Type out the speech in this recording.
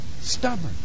Stubborn